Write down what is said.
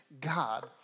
God